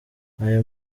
ayo